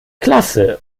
klasse